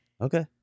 Okay